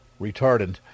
retardant